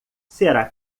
será